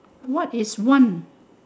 what is one